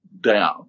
down